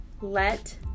Let